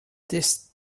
this